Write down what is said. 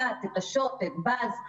תא"ת, עשות, בז.